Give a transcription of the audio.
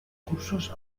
cursos